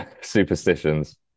Superstitions